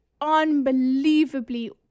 unbelievably